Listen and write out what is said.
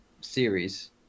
series